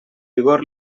vigor